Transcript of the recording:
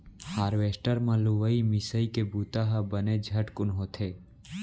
harvester म लुवई मिंसइ के बुंता ह बने झटकुन होथे